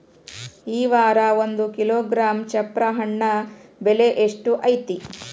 ಈ ವಾರ ಒಂದು ಕಿಲೋಗ್ರಾಂ ಚಪ್ರ ಹಣ್ಣ ಬೆಲೆ ಎಷ್ಟು ಐತಿ?